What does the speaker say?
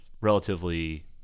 relatively